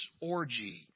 orgy